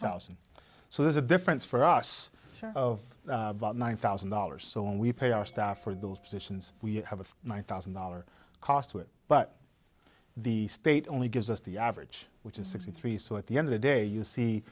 thousand so there's a difference for us of one thousand dollars so when we pay our staff for those positions we have a one thousand dollars cost to it but the state only gives us the average which is sixty three so at the end of the day you see